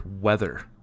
weather